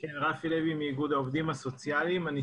לוי, איגוד העובדים הסוציאליים, בבקשה.